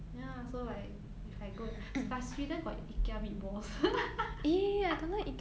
ya so like if I go plus sweden got ikea meatballs